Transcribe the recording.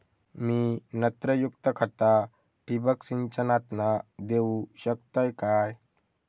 मी नत्रयुक्त खता ठिबक सिंचनातना देऊ शकतय काय?